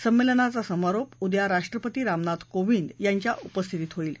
संमेलनाचा समारोप उद्या राष्ट्रपती रामनाथ कोविंद यांच्या उपस्थितीत होईल